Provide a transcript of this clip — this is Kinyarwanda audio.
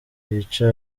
bica